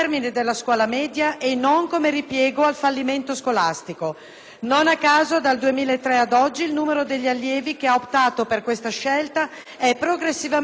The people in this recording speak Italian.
Non a caso dal 2003 ad oggi il numero degli allievi che ha optato per questa scelta è progressivamente aumentato, fino a raggiungere la cifra di 110.000 circa.